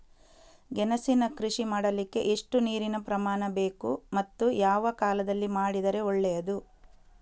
ಗೆಣಸಿನ ಕೃಷಿ ಮಾಡಲಿಕ್ಕೆ ಎಷ್ಟು ನೀರಿನ ಪ್ರಮಾಣ ಬೇಕು ಮತ್ತು ಯಾವ ಕಾಲದಲ್ಲಿ ಮಾಡಿದರೆ ಒಳ್ಳೆಯದು?